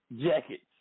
jackets